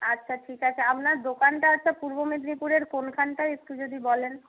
আচ্ছা ঠিক আছে আপনার দোকানটা আচ্ছা পূর্ব মেদিনীপুরের কোনখানটায় একটু যদি বলেন